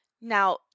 Now